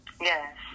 Yes